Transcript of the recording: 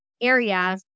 area